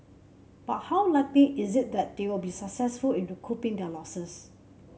but how likely is it that they will be successful in recouping their losses